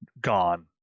gone